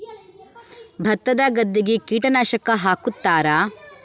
ಭತ್ತದ ಗದ್ದೆಗೆ ಕೀಟನಾಶಕ ಹಾಕುತ್ತಾರಾ?